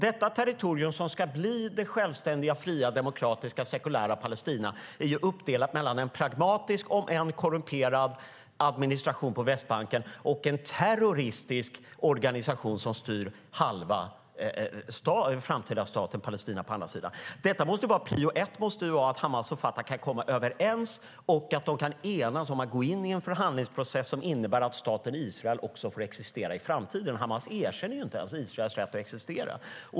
Det territorium som ska bli det självständiga, fria, demokratiska och sekulära Palestina är uppdelat mellan en pragmatisk om än korrumperad administration på Västbanken och en terroristisk organisation som styr halva framtida staten Palestina på andra sidan. Prio ett måste vara att Hamas och Fatah kan komma överens och att de kan enas om att gå in i en förhandlingsprocess som innebär att staten Israel får existera i framtiden. Hamas erkänner inte ens Israels rätt att existera.